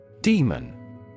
Demon